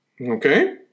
Okay